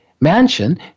mansion